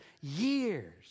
years